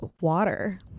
water